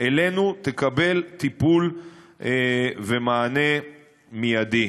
אלינו תקבל טיפול ומענה מיידי.